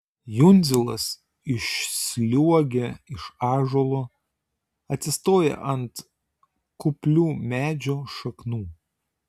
jundzilas išsliuogia iš ąžuolo atsistoja ant kuplių medžio šaknų